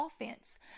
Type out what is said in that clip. offense